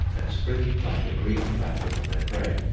and springing like a green flash upon their prey.